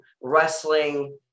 wrestling